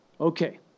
Okay